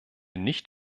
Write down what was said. nicht